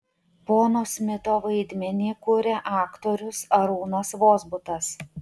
pono smito vaidmenį kuria aktorius arūnas vozbutas